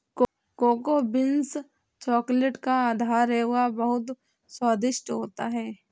cocoa beans chocolate का आधार है वह बहुत स्वादिष्ट होता है